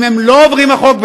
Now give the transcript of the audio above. אם הם לא עוברים על החוק,